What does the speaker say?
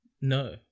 no